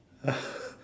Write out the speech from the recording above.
ah